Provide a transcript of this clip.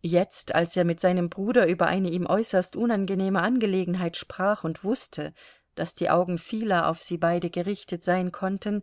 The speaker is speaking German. jetzt als er mit seinem bruder über eine ihm äußerst unangenehme angelegenheit sprach und wußte daß die augen vieler auf sie beide gerichtet sein konnten